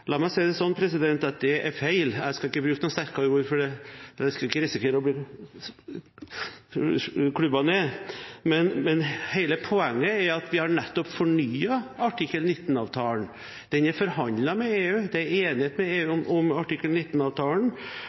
La meg si det sånn at det er feil – jeg skal ikke bruke sterkere ord for det, for jeg vil ikke risikere å bli klubbet ned. Men hele poenget er at vi nettopp har fornyet artikkel 19-avtalen. Den er forhandlet med EU, det er enighet med EU om artikkel